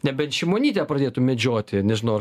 nebent šimonytė pradėtų medžioti nežinau ar